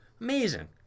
Amazing